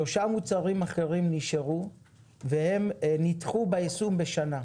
שלושה מוצרים אחרים נשארו והם נדחו ביישום בשנה,